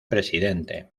presidente